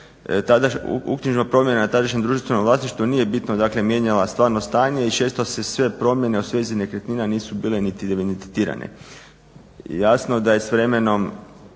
uknjižba promjena tadašnjem društveno vlasništvo nije bitno mijenjala dakle stvarno stanje i često se sve promjene u svezi nekretnina nisu bile niti evidentirane. Jasno da je s vremenom